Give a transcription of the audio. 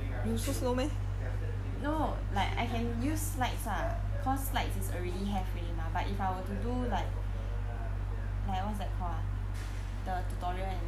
no like I can use slides ah cause slides is already have already mah but if I were to do like like what's that called ah the tutorial and stuff